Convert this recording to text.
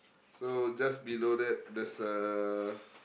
so just below that there's a